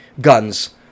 guns